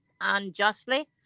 unjustly